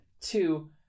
Two